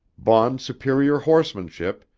baughn's superior horsemanship,